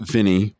Vinny